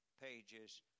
pages